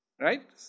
Right